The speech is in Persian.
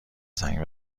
زنگ